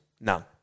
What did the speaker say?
None